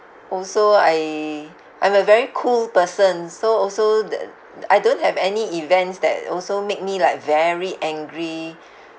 also I I'm a very cool person so also the I don't have any events that also make me like very angry